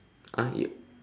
!huh! y~